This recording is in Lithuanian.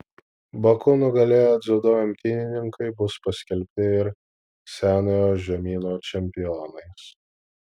baku nugalėję dziudo imtynininkai bus paskelbti ir senojo žemyno čempionais